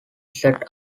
set